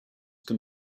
can